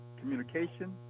communication